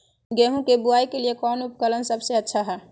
गेहूं के बुआई के लिए कौन उपकरण सबसे अच्छा है?